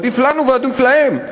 עדיף לנו ועדיף להם,